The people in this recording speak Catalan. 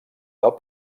del